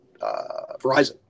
Verizon